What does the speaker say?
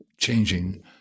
changing